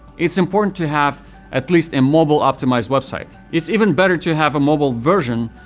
it's important to have at least a mobile-optimized website. it's even better to have a mobile version,